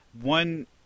One